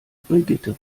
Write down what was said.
brigitte